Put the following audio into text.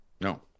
No